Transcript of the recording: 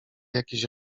jakiś